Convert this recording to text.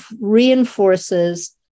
reinforces